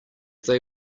they